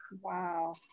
wow